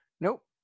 Nope